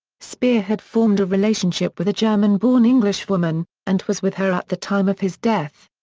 speer had formed a relationship with a german-born englishwoman, and was with her at the time of his death.